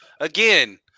again